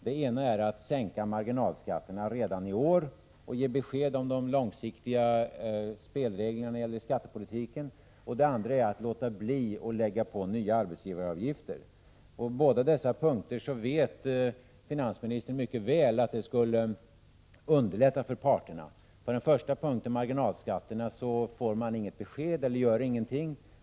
Det ena är att sänka marginalskatterna redan i år och ge besked om de långsiktiga spelreglerna när det gäller skattepolitiken. Det andra är att låta bli att lägga på nya arbetsgivaravgifter. Finansministern vet mycket väl att båda dessa åtgärder skulle underlätta för parterna. På den första punkten, marginalskatterna, gör man ingenting.